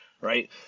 right